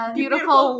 beautiful